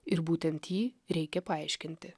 ir būtent jį reikia paaiškinti